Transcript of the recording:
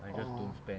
oh